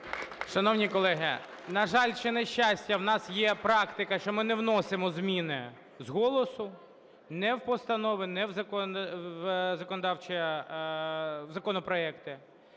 Шановні колеги, на жаль чи на щастя, у нас є практика, що ми не вносимо зміни з голосу ні в постанови, ні в законопроекти.